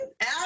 add